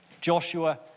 Joshua